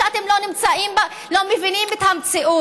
אתם לא מבינים את המציאות,